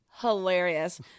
hilarious